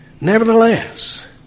nevertheless